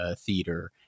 theater